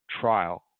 trial